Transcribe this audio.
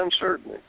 uncertainty